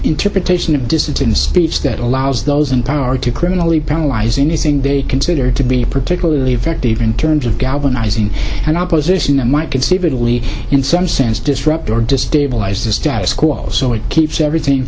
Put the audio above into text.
interpretation of distance in the speech that allows those in power to criminally penalize anything they consider to be particularly effective in terms of galvanizing an opposition and might conceivably in some sense disrupt or destabilize the status quo so it keeps everything